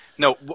No